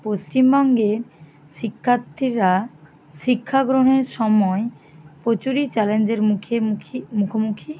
পশ্চিমবঙ্গে শিক্ষার্থীরা শিক্ষা গ্রহণের সময় প্রচুরই চ্যালেঞ্জের মুখে মুখি মুখোমুখি